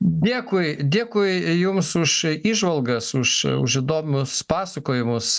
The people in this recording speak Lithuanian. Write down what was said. dėkui dėkui jums už įžvalgas už už įdomius pasakojimus